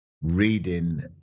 reading